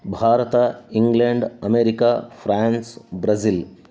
Bharat England America France Brazil